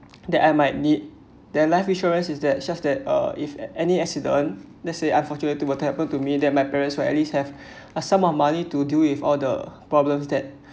that I might need their life insurance is that just that uh if at any accident let's say unfortunate to what happened to me then my parents were at least have a sum of money to deal with all the problems that